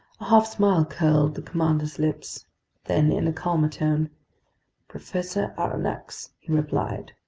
half smile curled the commander's lips then, in a calmer tone professor aronnax, he replied,